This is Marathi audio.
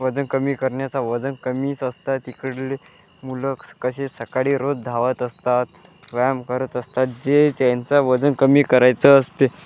वजन कमी करण्याचा वजन कमीच असतात तिकडले मुलं कसे सकाळी रोज धावत असतात व्यायाम करत असतात जे त्यांचा वजन कमी करायचं असते